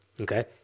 okay